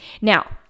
Now